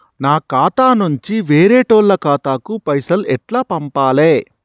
నా ఖాతా నుంచి వేరేటోళ్ల ఖాతాకు పైసలు ఎట్ల పంపాలే?